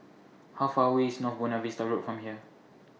How Far away IS North Buona Vista Road from here